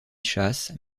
chasses